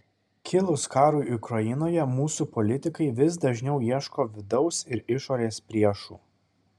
kilus karui ukrainoje mūsų politikai vis dažniau ieško vidaus ir išorės priešų